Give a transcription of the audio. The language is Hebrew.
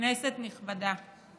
כנסת נכבדה,